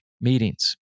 meetings